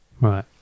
Right